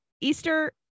Easter